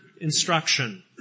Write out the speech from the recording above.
instruction